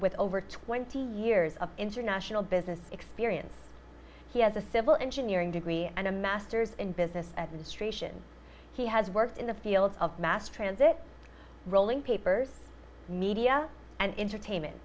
with over twenty years of international business experience he has a civil engineering degree and a masters in business administration he has worked in the fields of mass transit rolling papers media and entertainment